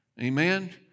Amen